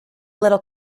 little